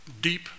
deep